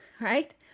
right